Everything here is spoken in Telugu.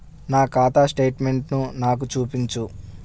నా ఖాతా స్టేట్మెంట్ను నాకు చూపించు